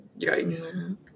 Yikes